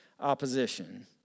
opposition